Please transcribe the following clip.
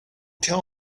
tell